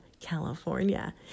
California